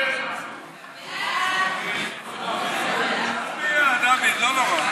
ההצעה להעביר את